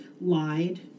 lied